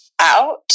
Out